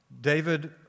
David